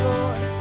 Lord